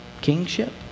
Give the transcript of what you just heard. kingship